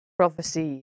Prophecy